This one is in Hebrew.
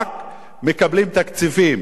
רק מקבלים תקציבים,